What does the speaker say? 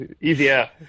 Easier